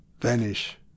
Vanish